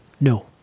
No